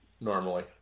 normally